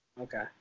Okay